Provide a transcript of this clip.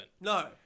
No